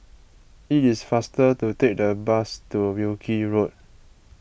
it is faster to take the bus to Wilkie Road